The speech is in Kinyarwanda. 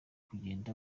kugenda